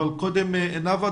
נאוה,